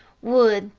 wood,